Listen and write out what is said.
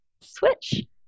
switch